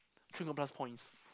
three hundred plus points